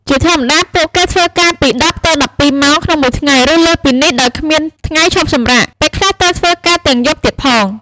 ជាធម្មតា ពួកគេធ្វើការពី ១០ ទៅ ១២ ម៉ោងក្នុងមួយថ្ងៃ ឬលើសពីនេះ ដោយគ្មានថ្ងៃឈប់សម្រាក ពេលខ្លះត្រូវធ្វើការទាំងយប់ទៀតផង។